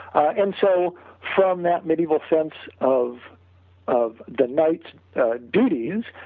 and so from that medieval sense of of the knights duties,